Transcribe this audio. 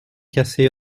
cassé